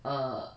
err